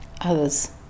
others